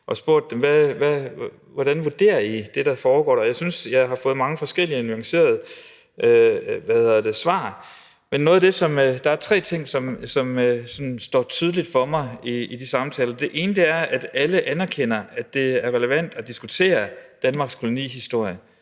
og spurgt dem, hvordan de vurderer det, der foregår der, og jeg synes, jeg har fået mange forskellige og nuancerede svar. Men der er tre ting, som står tydeligt for mig i de samtaler. Det ene er, at alle anerkender, at det er relevant at diskutere Danmarks kolonihistorie,